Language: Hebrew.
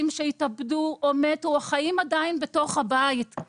שהתאבדו או מתו או חיים עדיין בתוך הבית.